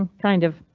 ah kind of.